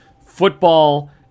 football